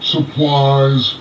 Supplies